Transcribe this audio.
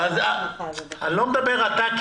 אני לא מדבר אתה.